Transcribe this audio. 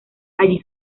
allí